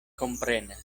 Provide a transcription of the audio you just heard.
komprenas